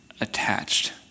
attached